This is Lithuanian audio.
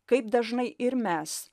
kaip dažnai ir mes